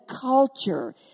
culture